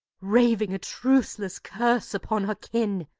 raving a truceless curse upon her kin?